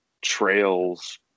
trails